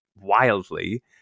wildly